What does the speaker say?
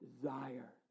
desire